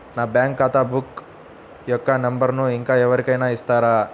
నా బ్యాంక్ ఖాతా బుక్ యొక్క నంబరును ఇంకా ఎవరి కైనా ఇస్తారా?